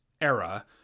era